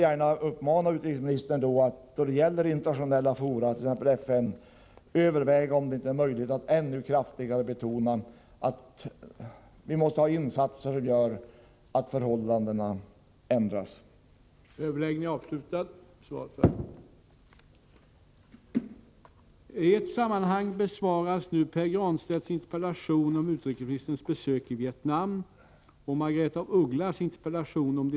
Jag vill uppmana utrikesministern att överväga möjligheterna att i internationella fora, t.ex. FN, ännu kraftigare betona att det måste till sådana insatser som gör att förhållandena i Iran ändras.